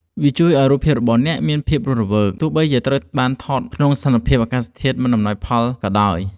វាជួយឱ្យរូបភាពរបស់អ្នកមានភាពរស់រវើកទោះបីជាវាត្រូវបានថតក្នុងស្ថានភាពអាកាសធាតុមិនអំណោយផលក៏ដោយ។